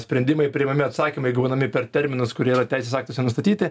sprendimai priimami atsakymai gaunami per terminus kurie yra teisės aktuose nustatyti